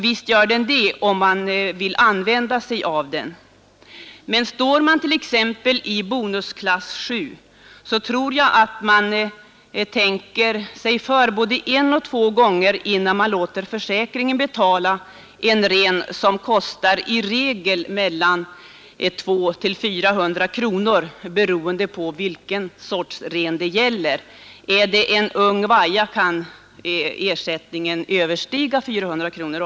år man t.ex. i bonusklass 7, tror jag att man tänker sig för både en och två gånger innan man låter försäkringsbolaget betala en ren — som i regel kostar mellan 200 och 400 kronor, beroende på vilken sorts ren det gäller; är det en Visst gör den det — om man vill använda sig av den. Men s ung vaja kan ersättningen också överstiga 400 kronor.